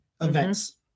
events